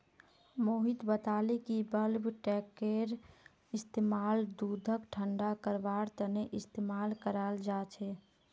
मोहित बताले कि बल्क टैंककेर इस्तेमाल दूधक ठंडा करवार तने इस्तेमाल कराल जा छे